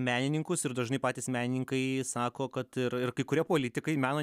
menininkus ir dažnai patys menininkai sako kad ir ir kai kurie politikai meno